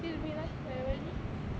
kill me lah வேற வழி:vera vali